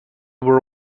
were